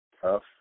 tough